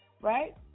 Right